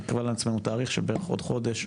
נקבע לעצמנו תאריך של בערך עוד חודש,